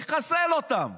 צריך לחסל אותם,